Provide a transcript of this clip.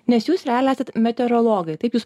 nes jūs realiai esat meteorologai taip jūs